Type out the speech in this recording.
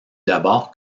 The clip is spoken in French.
d’abord